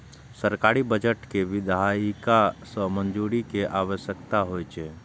सरकारी बजट कें विधायिका सं मंजूरी के आवश्यकता होइ छै